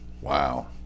Wow